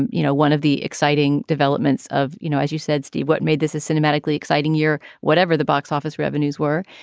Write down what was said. and you know, one of the exciting developments of, you know, as you said, steve, what made this is cinematically exciting year, whatever the box office revenues were,